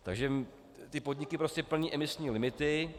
Takže ty podniky prostě plní imisní limity.